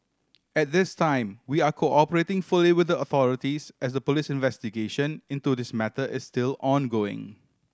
at this time we are cooperating fully with the authorities as a police investigation into this matter is still ongoing